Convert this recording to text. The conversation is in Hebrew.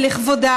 לכבודה,